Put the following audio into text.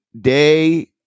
day